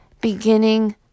Beginning